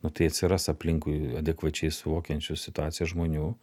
nu tai atsiras aplinkui adekvačiai suvokiančių situaciją žmonių